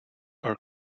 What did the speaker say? are